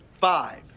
five